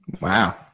Wow